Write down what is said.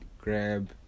grab